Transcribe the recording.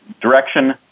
direction